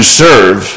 serve